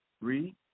Read